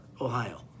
Ohio